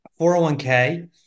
401k